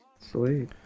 Sweet